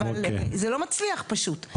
אבל זה לא מצליח פשוט,